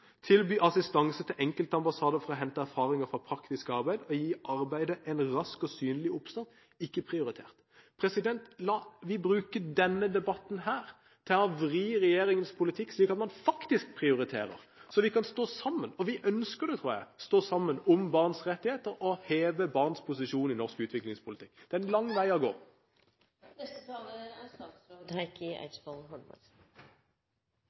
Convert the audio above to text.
tilby assistanse til enkeltambassader for å hente erfaringer fra praktisk arbeid og gi arbeidet en rask og synlig oppstart, ikke prioritert. La oss bruke denne debatten til å vri regjeringens politikk slik at man faktisk prioriterer, så vi kan stå sammen. Vi ønsker, tror jeg, å stå sammen om barns rettigheter og heve barns posisjon i norsk utviklingspolitikk. Det er en lang vei å gå. Jeg synes alltid det er